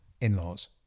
in-laws